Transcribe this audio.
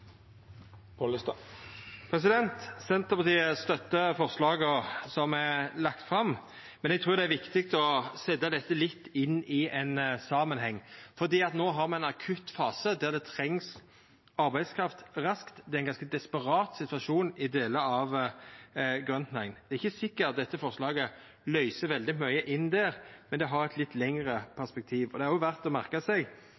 Senterpartiet støttar forslaga som er lagde fram, men eg trur det er viktig å setja dette inn i ein samanheng. No har me ein akutt fase der det trengst arbeidskraft raskt. Det er ein ganske desperat situasjon i delar i grøntnæringa. Det er ikkje sikkert dette forslaget løyser veldig mykje der, men det har eit litt lengre perspektiv. Det er også verdt å merka seg